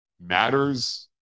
matters